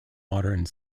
water